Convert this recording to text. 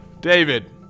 David